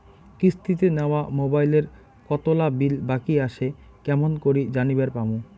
কিস্তিতে নেওয়া মোবাইলের কতোলা বিল বাকি আসে কেমন করি জানিবার পামু?